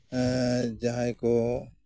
ᱡᱟᱦᱟᱸᱭ ᱠᱚ